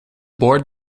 board